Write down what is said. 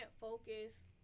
focus